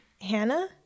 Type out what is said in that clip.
Hannah